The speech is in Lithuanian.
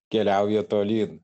keliauja tolyn